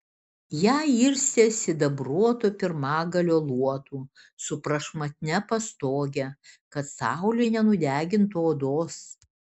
ją irstė sidabruoto pirmagalio luotu su prašmatnia pastoge kad saulė nenudegintų odos